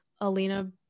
Alina